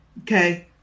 Okay